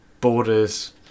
borders